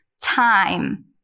time